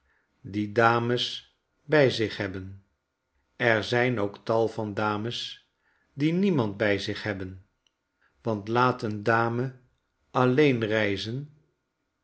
die dames bij zich hebben er zijnooktal van dames die niemand bij zich hebben want laat een dame alleen reizen